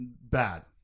bad